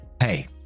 Hey